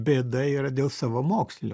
bėda yra dėl savamokslių